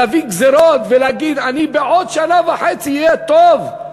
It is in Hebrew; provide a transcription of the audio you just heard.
להביא גזירות ולהגיד: בעוד שנה וחצי יהיה טוב,